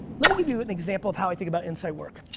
let me give you an example of how i think about insight work.